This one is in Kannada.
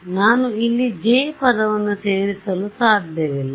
ಆದ್ದರಿಂದ ನಾನು ಇಲ್ಲಿ J ಪದವನ್ನು ಸೇರಿಸಲು ಸಾಧ್ಯವಿಲ್ಲ